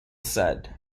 set